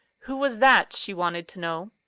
who was that, she wanted to know.